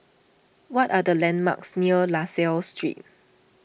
what are the landmarks near La Salle Street